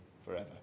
forever